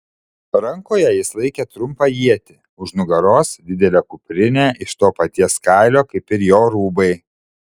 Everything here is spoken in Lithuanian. rankoje jis laikė trumpą ietį už nugaros didelė kuprinė iš to paties kailio kaip ir jo rūbai